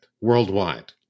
worldwide